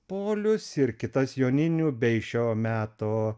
polius ir kitas joninių bei šio meto